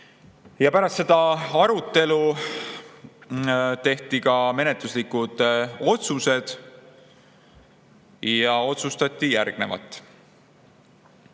Pärast seda arutelu tehti ka menetluslikud otsused ja otsustati järgmist.